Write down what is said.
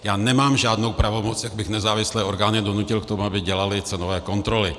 Já nemám žádnou pravomoc, jak bych nezávislé orgány donutil k tomu, aby dělaly cenové kontroly.